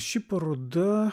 ši paroda